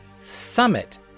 summit